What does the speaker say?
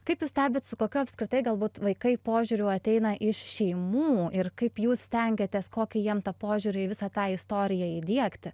kaip jūs stebit su kokiu apskritai galbūt vaikai požiūriu ateina iš šeimų ir kaip jūs stengiatės kokį jiem tą požiūrį į visą tą istoriją įdiegti